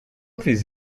fiz